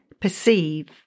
perceive